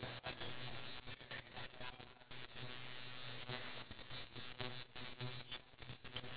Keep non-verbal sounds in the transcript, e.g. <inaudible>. you'll constantly with the fact that you're with your phone <breath> at the end of the day it actually affects your health because